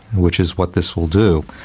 which is what this will do.